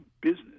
business